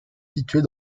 située